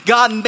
God